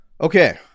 Okay